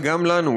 וגם לנו,